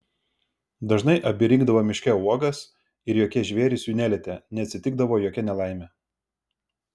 dažnai abi rinkdavo miške uogas ir jokie žvėrys jų nelietė neatsitikdavo jokia nelaimė